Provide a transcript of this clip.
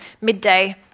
midday